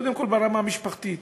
קודם כול ברמה המשפחתית.